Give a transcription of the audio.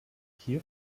hier